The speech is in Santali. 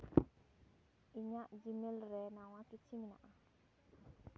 ᱤᱧᱟᱹᱜ ᱡᱤᱼᱢᱮᱞ ᱨᱮ ᱱᱟᱣᱟ ᱠᱤᱪᱷᱤ ᱢᱮᱱᱟᱜᱼᱟ